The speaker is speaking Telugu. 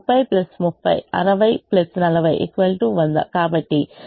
కాబట్టి ∑ ai ∑ bj